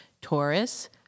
Taurus